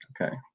Okay